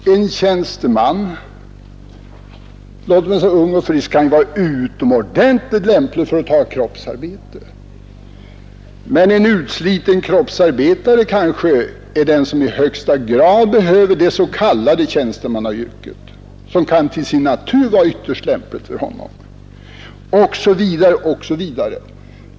En tjänsteman som är ung och frisk kan vara utomordentligt lämplig för att ta ett kroppsarbete, och en utsliten kroppsarbetare kanske i högsta grad behöver det s.k. tjänstemannayrket, som till sin natur kan vara ytterst lämpligt för honom, osv.